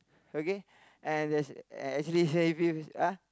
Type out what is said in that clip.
okay and there's and actually ah